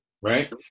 Right